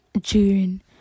june